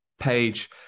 page